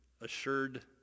assured